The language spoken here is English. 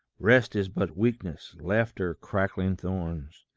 rest is but weakness, laughter crackling thorns,